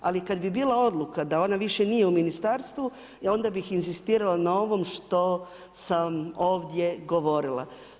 Ali kada bi bila odluka da ona više nije u ministarstvu onda bih inzistirala na ovom što sam ovdje govorila.